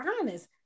honest